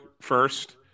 first